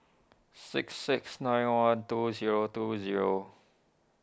six six nine one two zero two zero